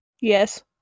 Yes